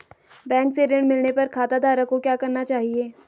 Bank से ऋण मिलने पर खाताधारक को क्या करना चाहिए?